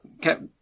kept